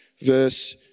verse